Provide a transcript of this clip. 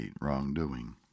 wrongdoing